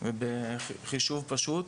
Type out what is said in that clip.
בחישוב פשוט,